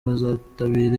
bazitabira